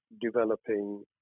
developing